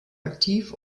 aktiv